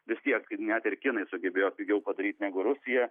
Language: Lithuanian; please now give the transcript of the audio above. vis tiek net ir kinai sugebėjo pigiau padaryt negu rusija